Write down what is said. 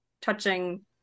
touching